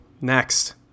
next